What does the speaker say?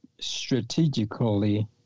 strategically